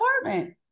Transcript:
apartment